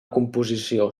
composició